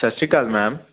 ਸਤਿ ਸ਼੍ਰੀ ਅਕਾਲ ਮੈਮ